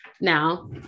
Now